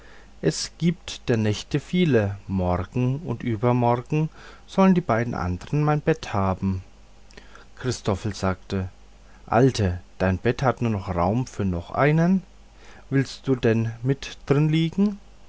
es gibt der nächte viele morgen und übermorgen sollen die beiden andern mein bette haben christoffel sagte alte dein bette hat nur raum für noch einen willst du denn mit drin liegen